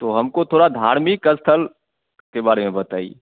तो हमको थोड़ा धार्मिक स्थल के बारे में बताइए